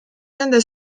nende